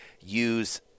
use